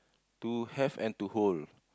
to have and to hold